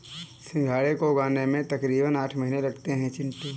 सिंघाड़े को उगने में तकरीबन आठ महीने लगते हैं चिंटू